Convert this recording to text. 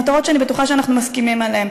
מטרות שאני בטוחה שאנחנו מסכימים עליהן.